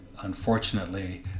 unfortunately